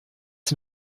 sie